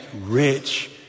rich